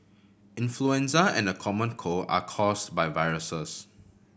influenza and the common cold are caused by viruses